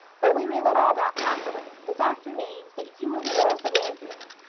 but we may let all that pass away. the fact remains that you are the heiress of llanfeare.